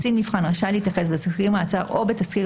קצין מבחן רשאי להתייחס בתסקיר מעצר או בתסקיר